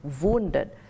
wounded